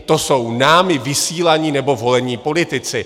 To jsou námi vysílaní nebo volení politici.